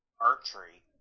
archery